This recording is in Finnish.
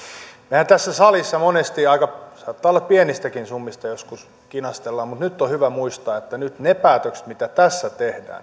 mehän tässä salissa monesti aika saattaa olla pienistäkin summista joskus kinastelemme mutta nyt on hyvä muistaa että nyt niillä päätöksillä mitä tässä